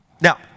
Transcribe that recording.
Now